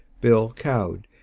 bill, cowed,